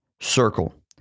circle